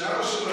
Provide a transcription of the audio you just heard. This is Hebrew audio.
שאבא שלו,